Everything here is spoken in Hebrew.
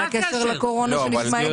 זה הקשר לקורונה שנשמע הגיוני.